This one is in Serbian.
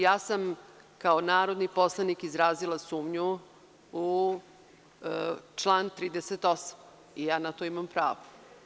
Ja sam kao narodni poslanik izrazila sumnju u član 38. i ja na to imam pravo.